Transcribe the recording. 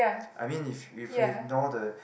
I mean if if he ignore the